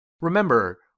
Remember